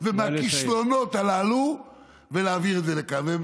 ומהכישלונות הללו ולהעביר את זה לכאן.